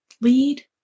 lead